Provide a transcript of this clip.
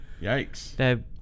Yikes